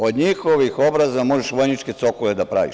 Od njihovih obraza možeš vojničke cokule da praviš.